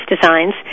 Designs